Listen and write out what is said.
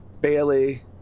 Bailey